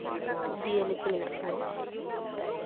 ᱡᱤᱭᱟᱹᱞᱤ ᱠᱚ ᱢᱮᱱᱟᱜ ᱠᱚᱣᱟ